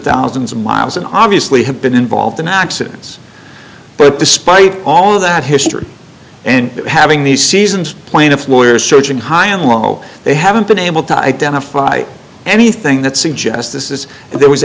thousands of miles an obviously have been involved in accidents but despite all of that history and having these seasons plaintiff's lawyers searching high and low they haven't been able to identify anything that suggests this is there was